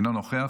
אינו נוכח,